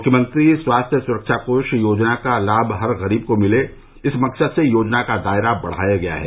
मुख्यमंत्री स्वास्थ्य सुरक्षा कोष योजना का लाम हर गरीब को मिले इस मकसद से योजना का दायरा बढ़ाया गया है